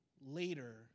later